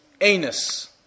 anus